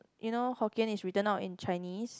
you know Hokkien is written out in Chinese